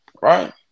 right